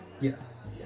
Yes